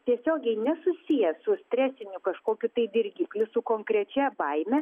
tiesiogiai nesusijęs su stresiniu kažkokiu tai dirgikliu su konkrečia baime